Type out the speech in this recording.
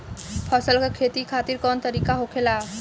फसल का खेती खातिर कवन तरीका होखेला?